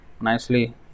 nicely